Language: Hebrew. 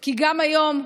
כי גם היום,